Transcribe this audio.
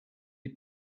die